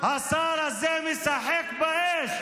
השר הזה משחק באש,